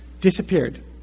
disappeared